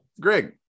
Greg